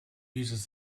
uses